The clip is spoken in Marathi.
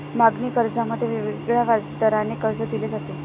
मागणी कर्जामध्ये वेगवेगळ्या व्याजदराने कर्ज दिले जाते